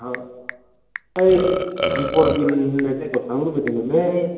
बै दिपर बील होन्नाय जायगायाव थांनो लुबैदोंमोनलै